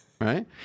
right